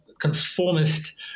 conformist